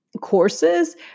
courses